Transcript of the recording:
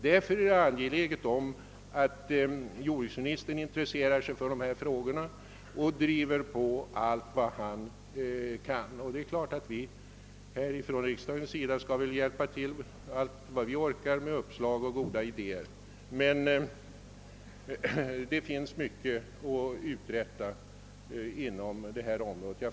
Därför är det angeläget att jordbruksministern intresserar sig för dessa frågor och driver på så mycket han kan. Givetvis skall också vi här i riksdagen hjälpa till så mycket vi kan med uppslag och goda idéer. Det finns mycket att uträtta på miljövårdens område.